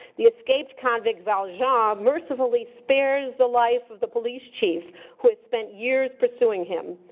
the escaped convict, valjean, um mercifully spares the life of the police chief who had spent years pursuing him,